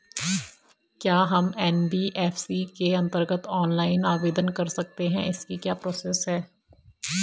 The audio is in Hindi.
क्या हम एन.बी.एफ.सी के अन्तर्गत ऑनलाइन आवेदन कर सकते हैं इसकी क्या प्रोसेस है?